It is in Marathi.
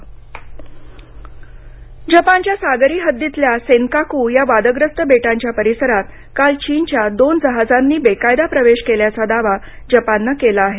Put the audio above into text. चीन जहाज जपान जपानच्या सागरी हद्दीतल्या सेन्काकू या वादग्रस्त बेटांच्या परिसरात काल चीनच्या दोन जहाजांनी बेकायदा प्रवेश केल्याचा दावा जपाननं केला आहे